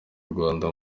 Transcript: rwanda